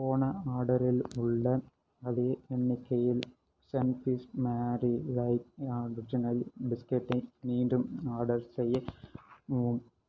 போன ஆர்டரில் உள்ள அதே எண்ணிக்கையில் சன்ஃபீஸ்ட் மேரி லைட் ஒரிஜினல் பிஸ்கட்டை மீண்டும் ஆர்டர் செய்யவும்